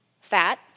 fat